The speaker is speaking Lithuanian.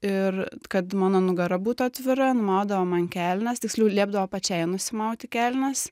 ir kad mano nugara būtų atvira numaudavo man kelnes tiksliau liepdavo pačiai nusimauti kelnes